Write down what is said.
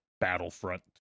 battlefront